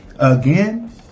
Again